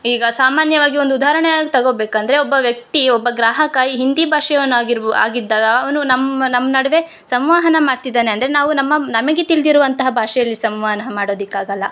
ಈಗ ಸಾಮಾನ್ಯವಾಗಿ ಒಂದು ಉದಾಹರ್ಣೆಯಾಗಿ ತಗೋಬೇಕಂದ್ರೆ ಒಬ್ಬ ವ್ಯಕ್ತಿ ಒಬ್ಬ ಗ್ರಾಹಕ ಈ ಹಿಂದಿ ಭಾಷೆಯವ್ನು ಆಗಿರ್ಬೋದು ಆಗಿದ್ದ ಅವನು ನಮ್ಮ ನಮ್ಮ ನಡುವೆ ಸಂವಹನ ಮಾಡ್ತಿದ್ದಾನೆ ಅಂದರೆ ನಾವು ನಮ್ಮ ನಮಗೆ ತಿಳ್ದಿರುವಂತಹ ಭಾಷೆಯಲ್ಲಿ ಸಂವಹನ ಮಾಡೊದಕ್ಕಾಗೋಲ್ಲ